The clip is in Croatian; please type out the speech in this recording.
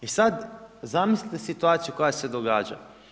I sad, zamislite situaciju koja se događa.